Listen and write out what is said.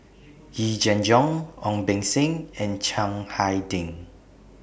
Yee Jenn Jong Ong Beng Seng and Chiang Hai Ding